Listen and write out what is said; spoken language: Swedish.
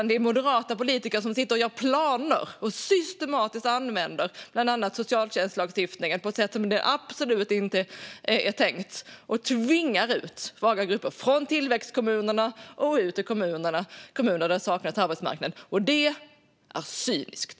Det är moderata politiker som sitter och gör planer och som systematiskt använder bland annat socialtjänstlagstiftningen på ett sätt som den absolut inte är tänkt att användas och tvingar ut svaga grupper från tillväxtkommunerna till kommuner där det saknas en arbetsmarknad. Det är cyniskt.